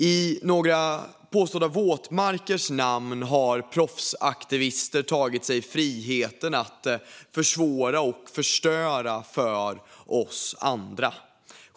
I några våtmarkers namn har proffsaktivister tagit sig friheten att försvåra och förstöra för oss andra.